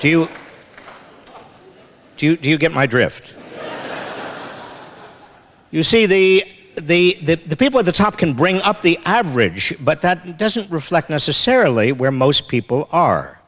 to do you get my drift you see the the the people at the top can bring up the average but that doesn't reflect necessarily where most people are